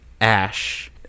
Ash